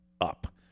up